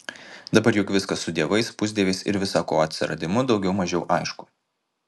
dabar juk viskas su dievais pusdieviais ir visa ko atsiradimu daugiau mažiau aišku